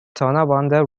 tonawanda